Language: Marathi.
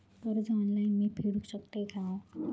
कर्ज ऑनलाइन मी फेडूक शकतय काय?